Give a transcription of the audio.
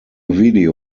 video